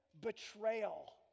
betrayal